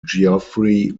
geoffrey